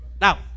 Now